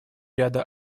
ряда